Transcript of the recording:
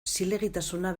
zilegitasuna